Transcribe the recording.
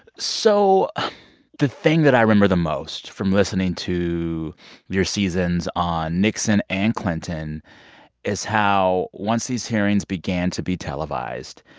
so the thing that i remember the most from listening to your seasons on nixon and clinton is how, once these hearings began to be televised,